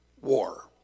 war